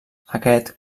aquest